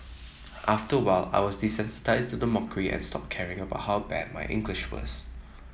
after a while I was desensitised to the mockery and stopped caring about how bad my English was